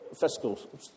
Fiscal